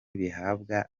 bihabwa